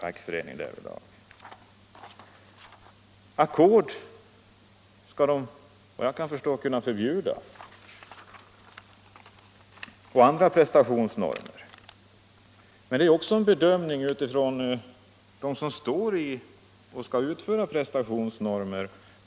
Fackföreningarna skall, såvitt jag förstår, kunna förbjuda ackord och andra prestationsnormer. Men här måste det bli en bedömning av den som skall arbeta på ackord och efter prestationsnormer.